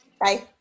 Bye